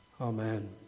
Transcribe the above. amen